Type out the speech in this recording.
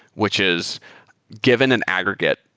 which is given in aggregate.